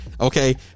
okay